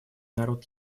народ